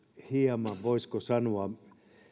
hieman voisiko sanoa onko